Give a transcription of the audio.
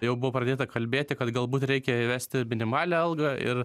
jau buvo pradėta kalbėti kad galbūt reikėjo įvesti minimalią algą ir